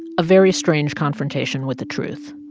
a very strange confrontation with the truth.